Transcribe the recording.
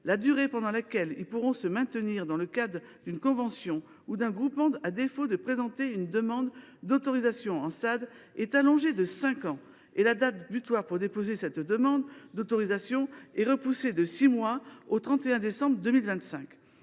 la durée pendant laquelle ils pourront se maintenir dans le cadre d’une convention ou d’un groupement, à défaut de présenter une demande d’autorisation en SAD, est allongée à cinq ans, et la date butoir pour déposer cette demande d’autorisation est repoussée de six mois, soit au 31 décembre 2025.